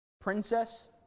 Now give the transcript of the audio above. Princess